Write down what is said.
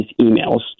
emails